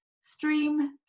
stream